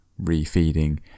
refeeding